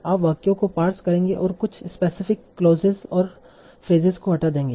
आप वाक्यों को पार्स करेंगे और कुछ स्पेसिफिक क्लौसेस और फ्रेसेस को हटा देंगे